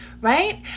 right